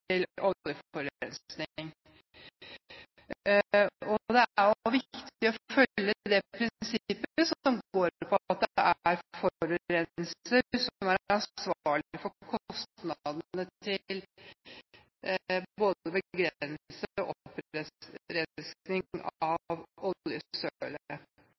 Det er viktig å følge det prinsippet som går på at det er forurenser som er ansvarlig for kostnadene til både å begrense og